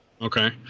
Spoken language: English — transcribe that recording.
Okay